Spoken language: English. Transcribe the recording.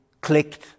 clicked